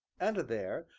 and there,